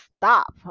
stop